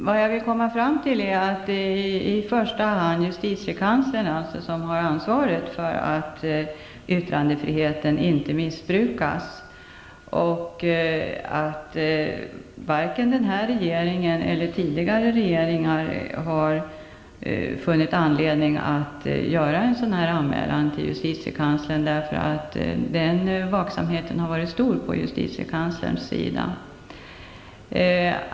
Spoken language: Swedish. Vad jag vill komma fram till är att det alltså i första hand är justitiekanslern som har ansvaret för att yttrandefriheten inte missbrukas. Varken den här regeringen eller tidigare regeringar har funnit anledning att göra en anmälan till justitiekanslern, därför att vaksamheten har varit stor från justitiekanslerns sida.